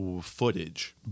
footage